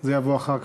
זה יבוא אחר כך.